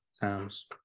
times